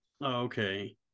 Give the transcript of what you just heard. Okay